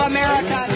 America